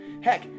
Heck